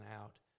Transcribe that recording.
out